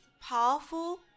powerful